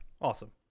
Awesome